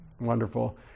Wonderful